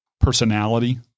personality